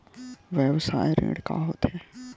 व्यवसाय ऋण का होथे?